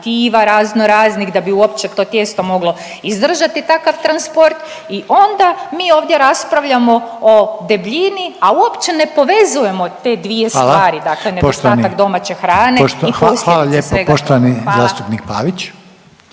razno raznih da bi uopće to tijesto moglo izdržati takav transport i onda mi ovdje raspravljamo o debljini, a uopće ne povezujemo te dvije stvari …/Upadica: Hvala./… dakle nedostatak domaće hrane i posljedice svega toga. Hvala.